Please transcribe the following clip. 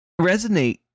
resonate